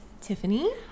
Tiffany